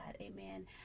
Amen